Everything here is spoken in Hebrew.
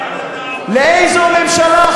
לאיזו ממשלה?